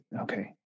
Okay